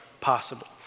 possible